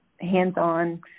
hands-on